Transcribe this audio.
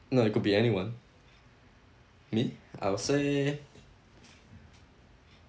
no it could be anyone me I would say